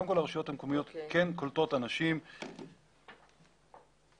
קודם כל הרשויות המקומיות כן קולטות אנשים עם מוגבלויות.